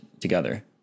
together